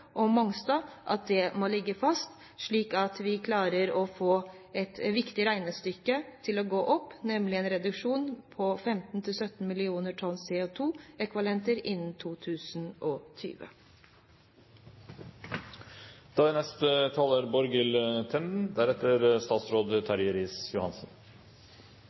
på Mongstad. Det må ligge fast, slik at vi klarer å få et viktig regnestykke til å gå opp, nemlig en reduksjon på 15–17 mill. tonn CO2-ekvivalenter innen 2020. Energiproduksjonen i verden er